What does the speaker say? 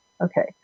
Okay